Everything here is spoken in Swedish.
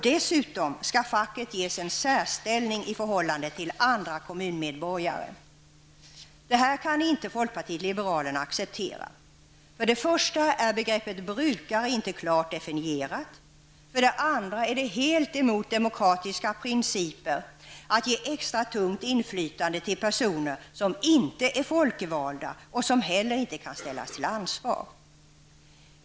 Dessutom skall facket ges en särställning i förhållande till andra kommunmedborgare. Det här kan inte folkpartiet liberalerna acceptera. För det första är begreppet brukare inte klart definierat, och för det andra är det helt emot demokratiska principer att ge extra tungt inflytande till personer som inte är folkvalda och som heller inte kan ställas till ansvar.